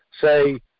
say